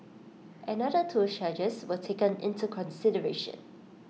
another two charges were taken into consideration